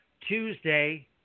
Tuesday